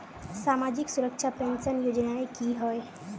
सामाजिक सुरक्षा पेंशन योजनाएँ की होय?